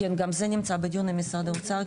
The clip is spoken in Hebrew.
כן גם זה נמצא בדיון במשרד האוצר,